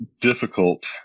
difficult